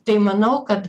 tai manau kad